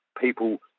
people